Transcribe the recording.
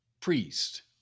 priest